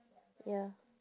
ya